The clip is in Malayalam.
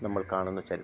നമ്മള് കാണുന്ന ചരിത്രം